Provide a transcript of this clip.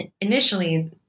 initially